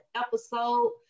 episode